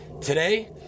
Today